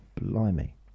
Blimey